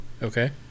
Okay